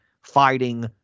fighting